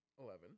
Eleven